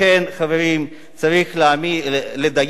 לכן, חברים, צריך לדייק